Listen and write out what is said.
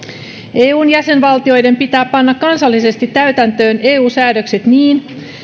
eun jäsenvaltioiden pitää panna kansallisesti täytäntöön eu säädökset niin